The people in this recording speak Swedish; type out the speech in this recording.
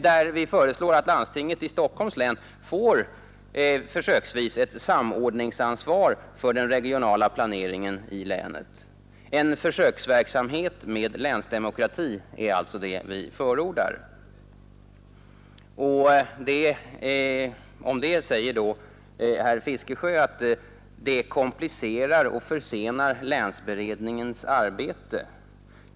Där föreslår vi att landstinget i Stockholms län försöksvis får ett samordningsansvar för den regionala planeringen i länet. En försöksverksamhet med länsdemokrati är alltså det vi förordar. Om detta anför herr Fiskesjö att det komplicerar och försenar länsberedningens arbete.